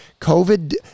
COVID